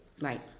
right